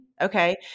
Okay